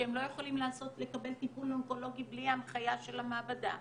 שהם לא יכולים לקבל טיפול אונקולוגי בלי ההנחיה של המעבדה,